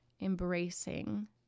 embracing